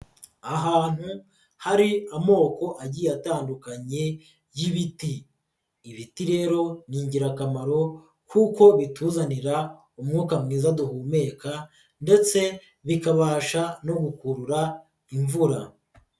Ahantu hari amoko agiye atandukanye y'ibiti, ibiti rero ni ingirakamaro kuko bituzanira umwuka mwiza duhumeka ndetse bikabasha no gukurura imvura.